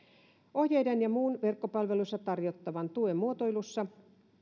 ohjeiden ja muun verkkopalveluissa tarjottavan tuen muotoilussa